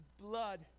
blood